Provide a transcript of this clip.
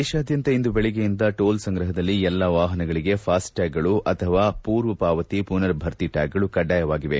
ದೇಶಾದ್ಯಂತ ಇಂದು ಬೆಳಗ್ಗೆಯಿಂದ ಟೋಲ್ ಸಂಗ್ರಹಕ್ಕಾಗಿ ಎಲ್ಲಾ ವಾಹನಗಳಿಗೆ ಫಾಸ್ಗೆಟ್ಲಾಗ್ಗಳು ಅಥವಾ ಪೂರ್ವ ಪಾವತಿ ಮನರ್ಭರ್ತಿ ಟ್ಲಾಗ್ಗಳು ಕಡ್ಡಾಯವಾಗಿದೆ